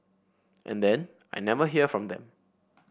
and then I never hear from them